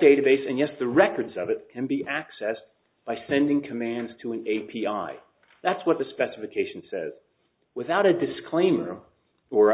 database and yes the records of it can be accessed by sending commands to an a p i that's what the specification says without a disclaimer or